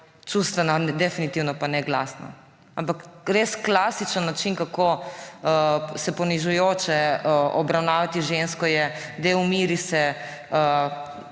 čustvena, definitivno pa ne glasna. Ampak res klasičen način, kako se ponižujoče obravnavati žensko, je, daj umiri se.